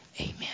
Amen